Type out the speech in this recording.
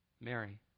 Mary